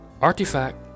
artifact